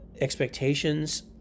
expectations